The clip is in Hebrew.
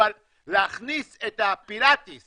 אבל להכניס את הפילטיס